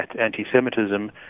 anti-Semitism